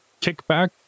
kickback